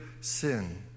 sin